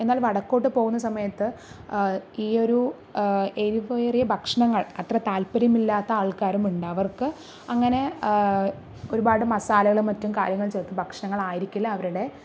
എന്നാൽ വടക്കോട്ട് പോകുന്ന സമയത്ത് ഈ ഒരു എരിവേറിയ ഭക്ഷണങ്ങൾ അത്ര താല്പര്യം ഇല്ലാത്ത ആൾക്കാരും ഉണ്ട് അവർക്ക് അങ്ങനെ ഒരുപാട് മസാലകളും മറ്റും കാര്യങ്ങൾ ചേർത്ത് ഭക്ഷണങ്ങൾ ആയിരിക്കില്ല അവരുടെ